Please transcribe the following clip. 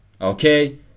okay